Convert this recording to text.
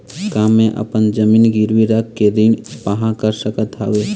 का मैं अपन जमीन गिरवी रख के ऋण पाहां कर सकत हावे?